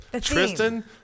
Tristan